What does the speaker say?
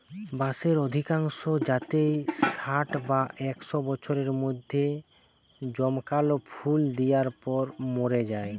বাঁশের অধিকাংশ জাতই ষাট বা একশ বছরের মধ্যে জমকালো ফুল দিয়ার পর মোরে যায়